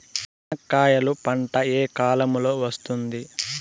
చెనక్కాయలు పంట ఏ కాలము లో వస్తుంది